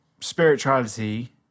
spirituality